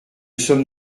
sommes